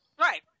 Right